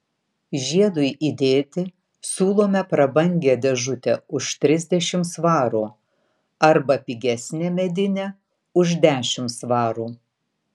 žiedui įdėti siūlome prabangią dėžutę už trisdešimt svarų arba pigesnę medinę už dešimt svarų